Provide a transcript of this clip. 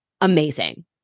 amazing